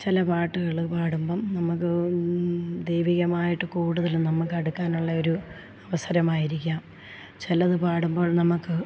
ചില പാട്ടുകൾ പാടുമ്പം നമുക്ക് ദൈവികമായിട്ട് കൂടുതലും നമുക്ക അടുക്കാനുള്ള ഒരു അവസരമായിരിക്കാം ചിലത് പാടുമ്പോൾ നമുക്ക്